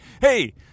Hey